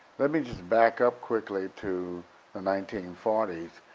let me just back up quickly to the nineteen forty s.